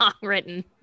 written